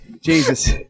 Jesus